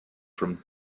from